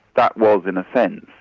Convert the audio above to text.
that was, in a sense,